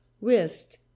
whilst